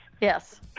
Yes